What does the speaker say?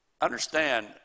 understand